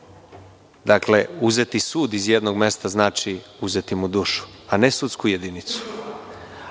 kraja. Dakle, uzeti sud iz jednog mesta znači uzeti mu dušu, a ne sudsku jedinicu.